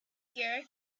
year